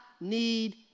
need